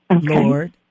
lord